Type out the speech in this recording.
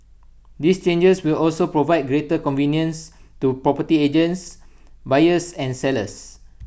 these changes will also provide greater convenience to property agents buyers and sellers